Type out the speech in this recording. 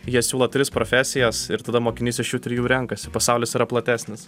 jie siūlo tris profesijas ir tada mokinys iš jų trijų renkasi pasaulis yra platesnis